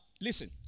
listen